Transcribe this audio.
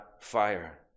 fire